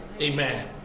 Amen